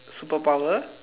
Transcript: super power